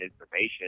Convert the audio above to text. information